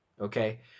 Okay